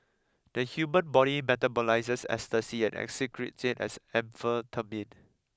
the human body metabolises ecstasy and excretes it as amphetamine